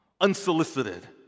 unsolicited